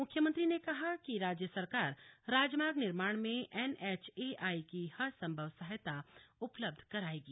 मुख्यमंत्री ने कहा कि राज्य सरकार राजमार्ग निर्माण में एनएचएआई की हर संभव सहायता उपलब्ध कराएगी